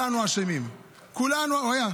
כולנו אשמים.